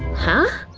huh?